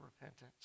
repentance